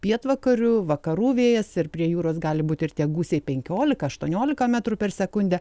pietvakarių vakarų vėjas ir prie jūros gali būti ir tie gūsiai penkiolika aštuoniolika metrų per sekundę